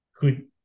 good